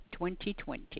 2020